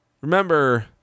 remember